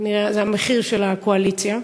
זה המחיר של הקואליציה,